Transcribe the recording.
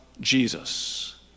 Jesus